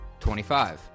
25